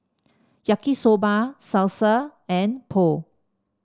Yaki Soba Salsa and Pho